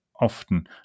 often